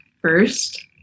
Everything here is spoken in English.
first